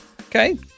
Okay